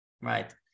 right